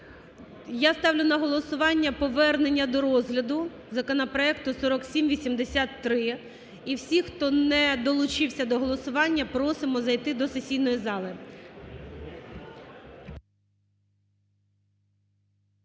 Я ставлю на голосування повернення до розгляду законопроекту 4783. І всі, хто не долучився до голосування, просимо зайти до сесійної зали.